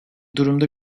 durumda